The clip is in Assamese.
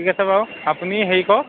ঠিক আছে বাৰু আপুনি হেৰি কৰক